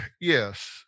yes